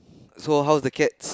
so how's the cats